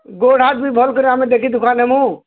ଗୋଡ଼୍ ହାତ ବି ଭଲ୍ କରି ଆମେ ଦେଖିଦୁଖାନେମୁଁ